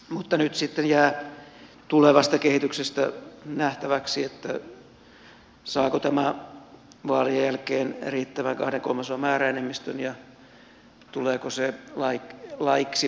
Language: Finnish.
mutta nyt sitten jää tulevasta kehityksestä nähtäväksi saako tämä vaalien jälkeen riittävän kahden kolmasosan määräenemmistön ja tuleeko se laiksi